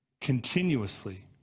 continuously